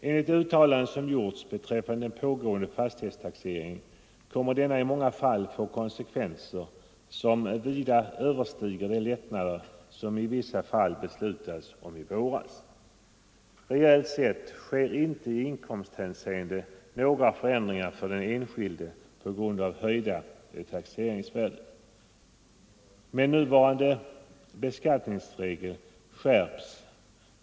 Enligt de uttalanden som gjorts beträffande den pågående fastighetstaxeringen kommer denna i många fall att få konsekvenser som vida överstiger de lättnader i vissa fall som beslutades om i våras. Reellt sker inte några förändringar i inkomsthänseende för den enskilde på grund av höjda taxeringsvärden.